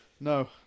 no